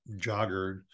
jogger